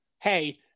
Hey